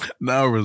now